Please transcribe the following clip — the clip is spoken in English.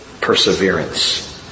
perseverance